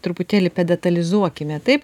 truputėlį detalizuokime taip